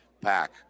pack